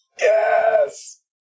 Yes